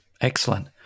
Excellent